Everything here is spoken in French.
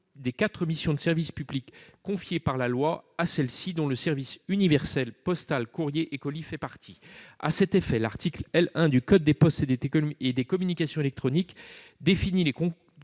des quatre missions de service public confiées par la loi à celle-ci, dont le service universel postal courrier et colis fait partie. À cet effet, l'article L. 1 du code des postes et des communications électroniques définit les contours